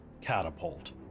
catapult